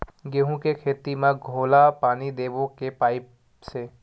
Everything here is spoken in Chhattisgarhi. गेहूं के खेती म घोला पानी देबो के पाइप से?